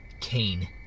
Cain